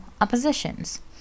oppositions